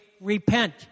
repent